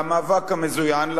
למאבק המזוין,